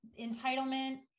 entitlement